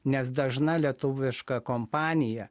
nes dažna lietuviška kompanija